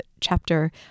chapter